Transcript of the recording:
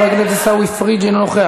חבר הכנסת עיסאווי פריג' אינו נוכח.